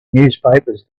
newspapers